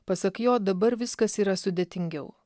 pasak jo dabar viskas yra sudėtingiau